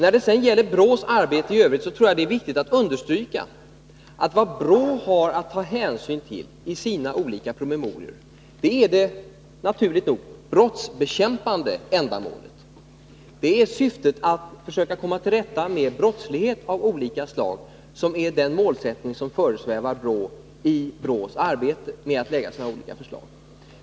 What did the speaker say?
När det gäller BRÅ:s arbete i övrigt tror jag det är viktigt att understryka attvad BRÅ har att ta hänsyn tilli sina olika promemorior är — naturligt nog— det brottsbekämpande ändamålet. Syftet är att försöka komma till rätta med brottslighet av olika slag; det är ju den målsättning som föresvävar BRÅ i dess arbete med att lägga fram olika förslag.